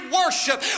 worship